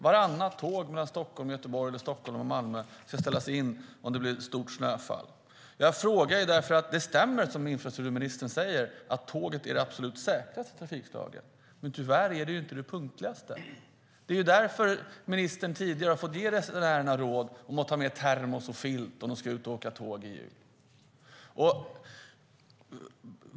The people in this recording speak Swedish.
Vartannat tåg mellan Stockholm och Göteborg eller mellan Stockholm och Malmö ska ställas in om det blir ett stort snöfall. Jag frågar därför att det stämmer som infrastrukturministern säger, att tåget är det absolut säkraste trafikslaget. Tyvärr är det inte det punktligaste. Det är därför ministern tidigare har fått ge resenärerna rådet att ta med termos och filt om de ska ut och åka tåg i jul.